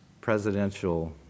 presidential